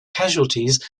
casualties